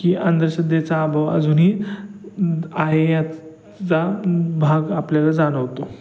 की अंधश्रद्धेचा अभाव अजूनही आहे याच जा भाग आपल्याला जाणवतो